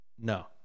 No